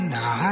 Now